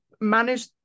manage